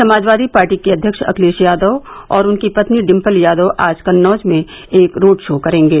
Samajwadi party के अध्यक्ष अखिलेश यादव और उनकी पत्नी डिम्पल यादव आज कन्नौज में एक रोड शो करेंगे